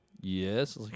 Yes